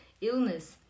illness